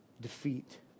defeat